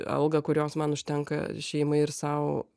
algą kurios man užtenka šeimai ir sau